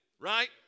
right